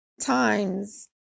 times